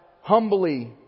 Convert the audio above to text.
humbly